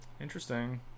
Interesting